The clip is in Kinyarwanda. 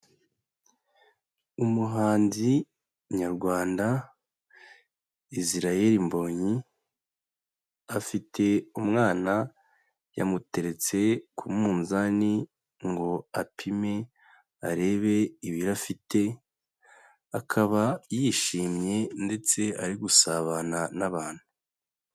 Umuhanzi Nyarwanda Israel Mbonyi, afite umwana yamuteretse ku munzani ngo apime arebe ibiro afite, akaba yishimye ndetse ari gusabana n'abantu.